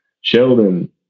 Sheldon